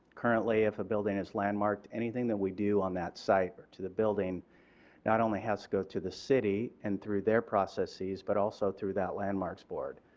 currently if the ah building is landmarked anything that we do on that site or to the building not only has to go to the city and through their processes, but also through that landmarks board.